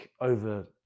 over